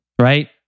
Right